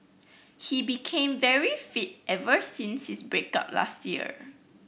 he became very fit ever since his break up last year